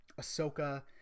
ahsoka